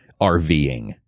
RVing